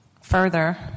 further